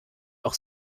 auch